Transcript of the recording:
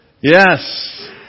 Yes